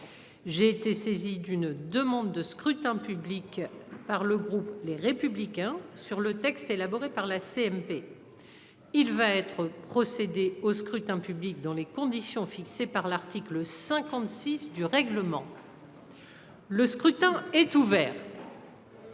J'ai été saisi d'une demande de scrutin public par le groupe Les Républicains sur le texte élaboré par la CMP. Il va être procédé au scrutin public dans les conditions fixées par l'article 56 du règlement. Le scrutin est ouvert.